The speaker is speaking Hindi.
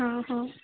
हाँ हाँ